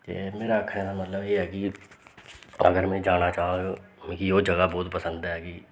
ते मेरा आखने दा मतलब एह् ऐ कि अगर में जाना चाह्न मिगी ओह् जगह् बोह्त पसंद ऐ कि